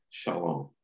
shalom